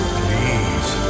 please